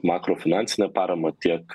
makrofinansinę paramą tiek